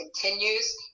continues